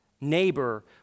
neighbor